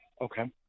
Okay